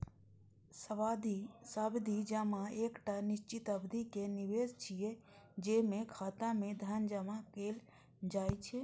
सावधि जमा एकटा निश्चित अवधि के निवेश छियै, जेमे खाता मे धन जमा कैल जाइ छै